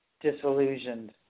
disillusioned